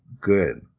good